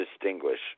distinguish